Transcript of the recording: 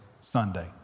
Sunday